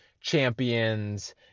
champions